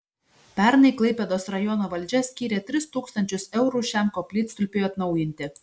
pernai klaipėdos rajono valdžia skyrė tris tūkstančius eurų šiam koplytstulpiui atnaujinti